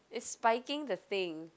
it's spiking the thing